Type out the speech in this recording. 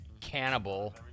Cannibal